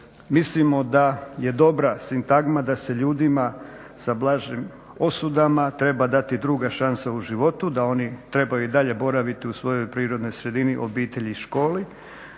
mislimo da je dobra sintagma da se ljudima sa blažim osudama treba dati druga šansa u životu, da oni trebaju i dalje boraviti u svojoj prirodnoj sredini, obitelji i školi,